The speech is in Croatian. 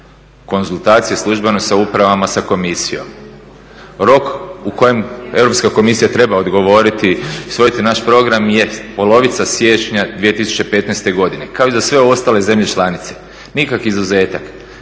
konzultacije službeno sa upravama, sa Komisijom. Rok u kojem Europska komisija treba odgovoriti i usvojiti naš program je polovica siječnja 2015. godine kao i za sve ostale zemlje članice nikakav izuzetak